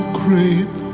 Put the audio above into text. great